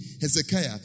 Hezekiah